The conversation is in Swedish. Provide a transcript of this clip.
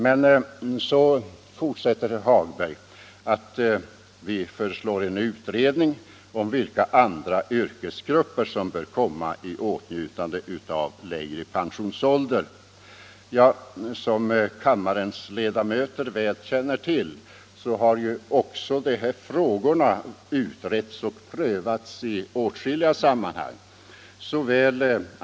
Men så fortsätter herr Hagberg: Vi föreslår också en utredning om vilka andra yrkesgrupper som bör komma i åtnjutande av lägre pensionsålder. Som kammarens ledamöter väl känner till har också dessa frågor utretts och prövats i olika sammanhang.